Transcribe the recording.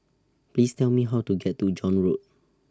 Please Tell Me How to get to John Road